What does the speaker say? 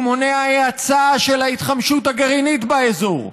הוא מונע האצה של ההתחמשות הגרעינית באזור,